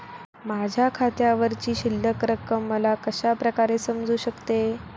माझ्या खात्यावरची शिल्लक रक्कम मला कशा प्रकारे समजू शकते?